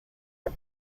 but